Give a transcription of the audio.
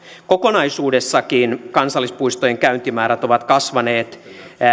kokonaisuudessaankin kansallispuistojen käyntimäärät ovat kasvaneet